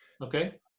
okay